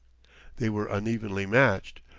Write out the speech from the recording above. they were unevenly matched,